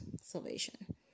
salvation